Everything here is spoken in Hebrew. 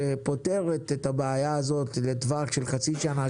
שפותרת את הבעיה הזאת לטווח של חצי שנה,